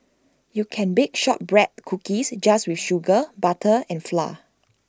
you can bake Shortbread Cookies just with sugar butter and flour